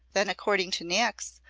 then, according to niecks,